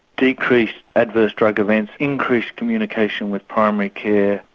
decreased adverse drug events, increased communication with primary care.